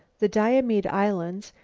the diomede islands,